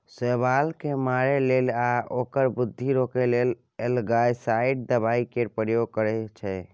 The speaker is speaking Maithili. शैबाल केँ मारय लेल या ओकर बृद्धि रोकय लेल एल्गासाइड दबाइ केर प्रयोग होइ छै